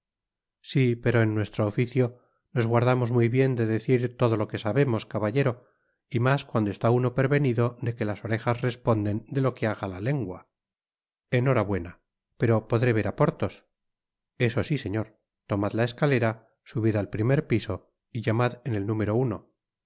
si pero en nuestro oficio nos guardamos muy bien de decir todo lo que sabemos caballero y mas cuando está uno prevenido de que las orejas responden de lo que haga la lengua enhorabuena pero podré ver á porthos eso si señor tomad la escalera subid al primer piso y llamad en el número